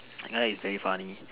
the guy is very funny